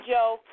Joe